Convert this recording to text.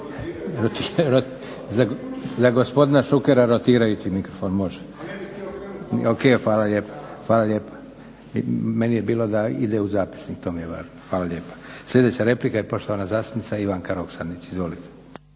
za gospodina Šukera rotirajući mikrofon. Meni je bilo da ide u zapisnik. To mi je važno. Hvala lijepa. Sljedeća replika je poštovana zastupnica Ivanka Roksandić.